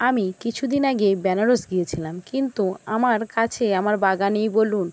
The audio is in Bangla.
আমি কিছু দিন আগে বেনারস গিয়েছিলাম কিন্তু আমার কাছে আমার বাগানেই বলুন